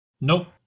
Nope